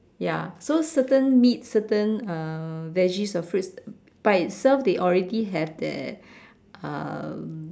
ya so certain meat certain uh veggies or fruits by itself they already have their um